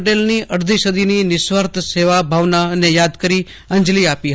પટેલની અડધી સદીની નિસ્વાર્થ સેવા ભાવનાને યાદ કરી અંજલી આપી હતી